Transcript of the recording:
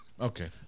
Okay